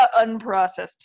unprocessed